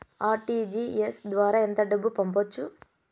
RTGS ద్వారా ఎంత డబ్బు పంపొచ్చు?